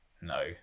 no